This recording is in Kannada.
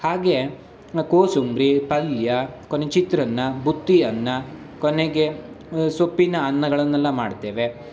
ಹಾಗೇ ಕೋಸಂಬ್ರಿ ಪಲ್ಯ ಕೊನೆಗೆ ಚಿತ್ರಾನ್ನ ಬುತ್ತಿ ಅನ್ನ ಕೊನೆಗೆ ಸೊಪ್ಪಿನ ಅನ್ನಗಳನ್ನೆಲ್ಲ ಮಾಡ್ತೇವೆ